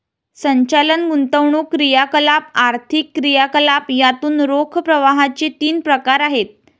संचालन, गुंतवणूक क्रियाकलाप, आर्थिक क्रियाकलाप यातून रोख प्रवाहाचे तीन प्रकार आहेत